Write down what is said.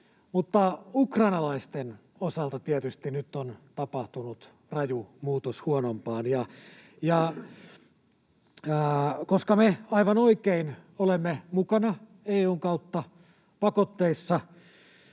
ukrainalaisten osalta tietysti nyt on tapahtunut raju muutos huonompaan. Koska me aivan oikein olemme EU:n kautta mukana pakotteissa,